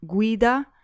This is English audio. Guida